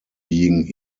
being